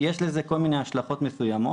יש לזה כל מיני השלכות מסוימות,